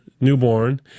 newborn